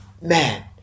man